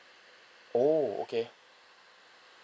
oh okay